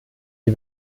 die